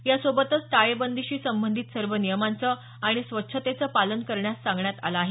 यासोबतच टाळेबंदीशी संबधित सर्व नियमाचं आणि स्वच्छतेचं पालन करण्यास सांगण्यात आलं आहे